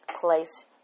place